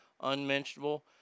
unmentionable